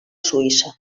suïssa